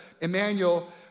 Emmanuel